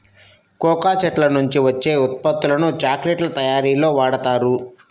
cocoa చెట్ల నుంచి వచ్చే ఉత్పత్తులను చాక్లెట్ల తయారీలో వాడుతారు